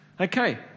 Okay